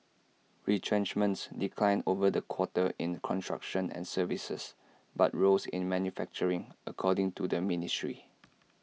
retrenchments declined over the quarter in construction and services but rose in manufacturing according to the ministry